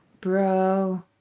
Bro